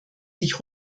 sich